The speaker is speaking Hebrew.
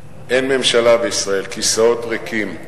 אין ממשלה בישראל, כיסאות ריקים.